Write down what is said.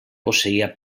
posseïa